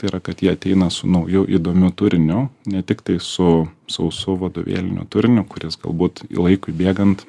tai yra kad jie ateina su nauju įdomiu turiniu ne tiktai su sausu vadovėliniu turiniu kuris galbūt laikui bėgant